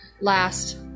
Last